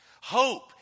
Hope